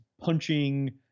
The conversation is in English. punching